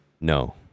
No